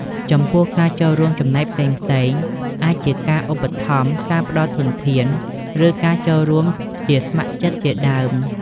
ចំពោះ ការចូលរួមចំណែកផ្សេងៗ អាចជាការឧបត្ថម្ភ ការផ្តល់ធនធាន ឬការចូលរួមជាស្ម័គ្រចិត្តជាដើម។